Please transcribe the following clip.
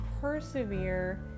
persevere